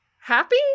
Happy